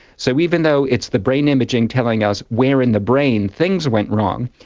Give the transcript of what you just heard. so even though it's the brain imaging telling us where in the brain things went wrong,